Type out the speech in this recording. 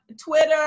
Twitter